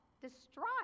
distraught